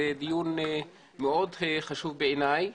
זה דיון מאוד חשוב בעיניי.